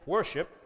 Worship